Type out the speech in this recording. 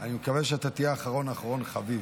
אני מקווה שאתה תהיה אחרון אחרון חביב,